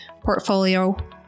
portfolio